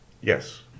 yes